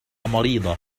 مريضة